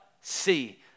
see